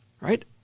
Right